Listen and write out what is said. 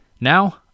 Now